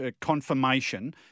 confirmation